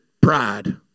Pride